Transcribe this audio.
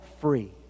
free